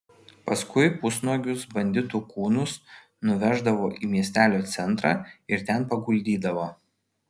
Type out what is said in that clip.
paskui pusnuogius banditų kūnus nuveždavo į miestelio centrą ir ten paguldydavo